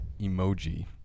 emoji